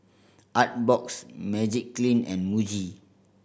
Artbox Magiclean and Muji